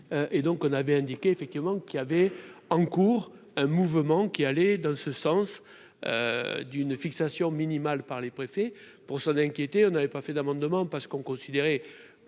et donc on avait indiqué effectivement qui avait en cours, un mouvement qui allait dans ce sens d'une fixation minimal par les préfets pour s'en inquiéter, on n'avait pas fait d'amendements parce qu'on considérait